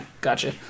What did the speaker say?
gotcha